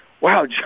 wow